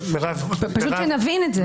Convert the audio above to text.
פשוט שנבין את זה.